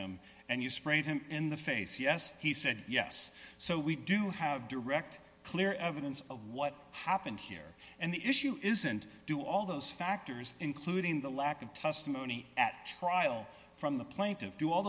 him and you sprayed him in the face yes he said yes so we do have correct clear evidence of what happened here and the issue isn't do all those factors including the lack of testimony at trial from the plaintiff do all